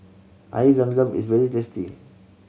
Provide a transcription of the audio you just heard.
Air Zam Zam is very tasty